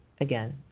again